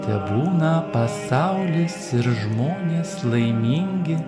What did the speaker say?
tebūna pasauliais ir žmonės laimingi